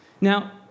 Now